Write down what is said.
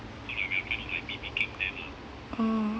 oh